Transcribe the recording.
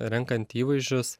renkant įvaizdžius